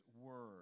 word